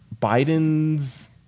Biden's